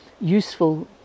useful